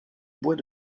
bois